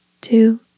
two